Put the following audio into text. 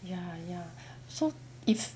ya ya so if